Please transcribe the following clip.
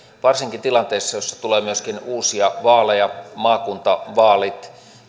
varsinkin tilanteessa jossa tulee myöskin uusia vaaleja kuten maakuntavaalit